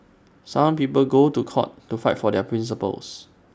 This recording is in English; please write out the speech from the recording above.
some people go to court to fight for their principles